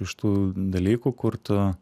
iš tų dalykų kur tu